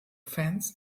fans